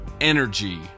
energy